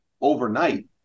overnight